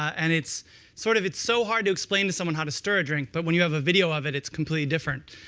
and it's sort of it's so hard to explain to someone how to stir a drink, but when you have a video of it, it's completely different.